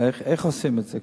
איך עושים את זה?